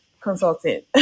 consultant